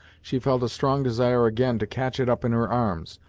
she felt a strong desire again to catch it up in her arms,